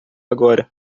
agora